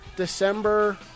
December